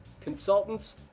Consultants